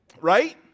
Right